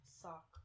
sock